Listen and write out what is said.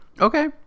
Okay